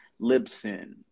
Libsyn